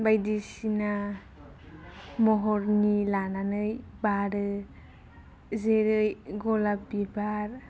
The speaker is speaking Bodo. बायदिसिना महरनि लानानै बारो जेरै गलाब बिबार